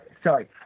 Sorry